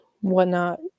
whatnot